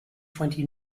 twenty